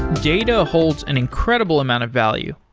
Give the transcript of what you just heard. data holds an incredible amount of value,